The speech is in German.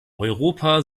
europa